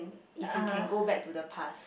if you can go back to the past